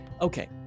okay